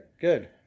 Good